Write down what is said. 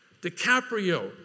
DiCaprio